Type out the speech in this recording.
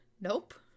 Nope